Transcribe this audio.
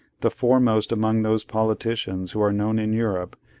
the foremost among those politicians who are known in europe,